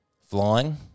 flying